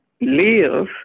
live